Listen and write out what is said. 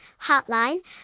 hotline